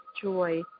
joy